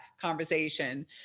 conversation